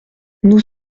nous